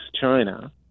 China